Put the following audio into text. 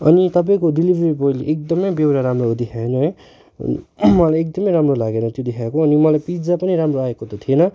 अनि तपाईँको डिलिभेरी बोईले एकदमै बेउरा राम्रो देखाएन है मलाई एकदमै राम्रो लागेन त्यो देखाएको अनि मलाई पिज्जा पनि राम्रो आएको त थिएन